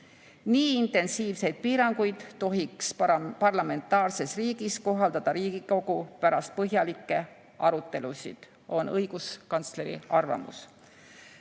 Nii intensiivseid piiranguid tohiks parlamentaarses riigis kohaldada Riigikogu pärast põhjalikke arutelusid, on õiguskantsleri arvamus.